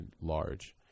large